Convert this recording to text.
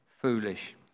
foolish